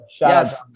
yes